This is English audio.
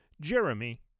Jeremy